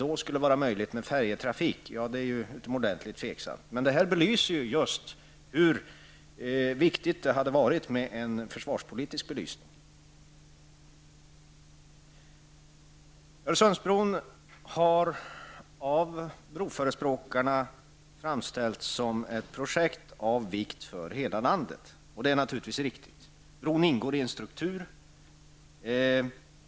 Skulle det då vara möjligt med färjetrafik? Det är utomordentligt tveksamt. Detta belyser just hur värdefullt det hade varit om en försvarspolitisk belysning hade gjorts. Öresundsbron har av broförespråkarna framställts som ett projekt som är av vikt för hela landet, och det är naturligtvis riktigt. Bron ingår i en struktur.